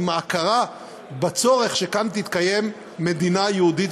עם ההכרה בצורך שכאן תתקיים מדינה יהודית